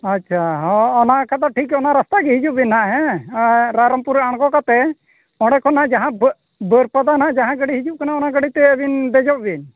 ᱟᱪᱪᱷᱟ ᱦᱚᱸ ᱚᱱᱟ ᱠᱷᱟᱱ ᱫᱚ ᱴᱷᱤᱠᱟ ᱚᱱᱟ ᱨᱟᱥᱛᱟ ᱜᱮ ᱦᱤᱡᱩᱜ ᱵᱮᱱ ᱱᱟᱦᱟᱜ ᱦᱮᱸ ᱨᱟᱭᱨᱚᱝᱯᱩᱨ ᱨᱮ ᱟᱬᱜᱳ ᱠᱟᱛᱮᱫ ᱚᱸᱰᱮ ᱠᱷᱚᱱ ᱦᱟᱸᱜ ᱡᱟᱦᱟᱸ ᱵᱟᱹ ᱵᱟᱹᱨᱯᱟᱫᱟ ᱱᱟᱦᱟᱜ ᱡᱟᱦᱟᱸ ᱜᱟᱹᱰᱤ ᱦᱤᱡᱩᱜ ᱠᱟᱱᱟ ᱚᱱᱟ ᱜᱟᱹᱰᱤᱛᱮ ᱟᱹᱵᱤᱱ ᱫᱮᱡᱚᱜ ᱵᱤᱱ